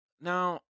Now